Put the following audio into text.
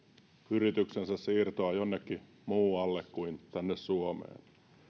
yrityksensä siirtoa jonnekin muualle kuin tänne suomeen